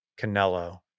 canelo